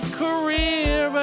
career